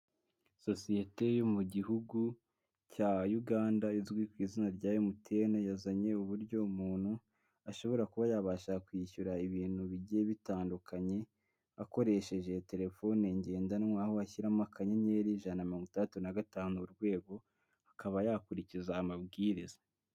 Sosiyete yo mu gihugu cya Uganda izwi ku izina rya Emutiyene, yazanye uburyo umuntu ashobora kuba yabasha kwishyura ibintu bigiye bitandukanye akoresheje telefone ngendanwa, aho ashyiramo akanyenyeri ijana na mirongo itandatu na gatanu urwego, akaba yakurikiza amabwiriza.